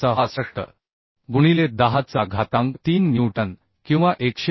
66 गुणिले 10 चा घातांक 3 न्यूटन किंवा 101